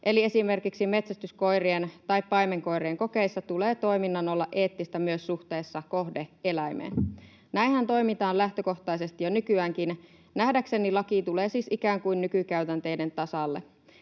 esimerkiksi metsästyskoirien tai paimenkoirien kokeissa tulee toiminnan olla eettistä myös suhteessa kohde-eläimeen. Näinhän toimitaan lähtökohtaisesti jo nykyäänkin. Nähdäkseni laki tulee siis ikään kuin nykykäytänteiden tasalle.